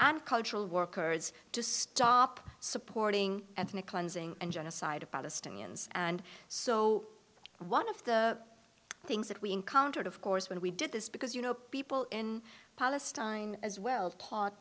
and cultural workers to stop supporting ethnic cleansing and genocide of palestinians and so one of the things that we encountered of course when we did this because you know people in palestine as well taught